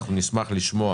אנחנו נשמח לשמוע